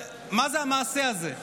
מה זה המעשה הזה?